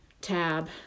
tab